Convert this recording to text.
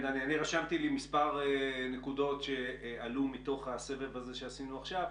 רשמתי לי מספר נקודות שעלו מתוך הסבב הזה שעשינו עכשיו,